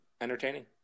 entertaining